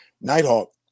Nighthawk